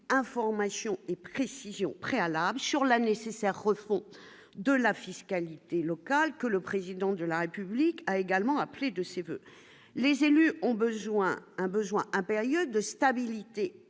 information et précision préalable sur la nécessaire refonte de la fiscalité locale, que le président de la République a également appelé de ses voeux, les élus ont besoin un besoin impérieux de stabilité